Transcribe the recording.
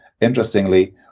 interestingly